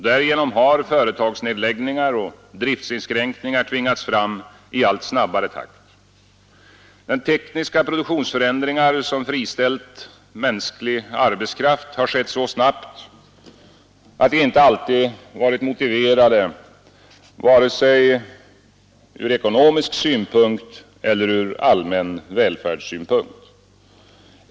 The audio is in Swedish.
Därigenom har företagsnedläggningar och driftsinskränkningar tvingats fram i allt snabbare takt. De tekniska produktionsförändringar som friställt mänsklig arbetskraft har skett så snabbt, att de inte alltid varit motiverade ur vare sig ekonomisk synpunkt eller allmän välfärdssynpunkt.